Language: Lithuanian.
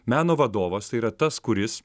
meno vadovas yra tas kuris